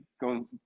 go